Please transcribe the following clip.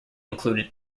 included